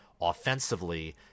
offensively